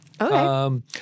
Okay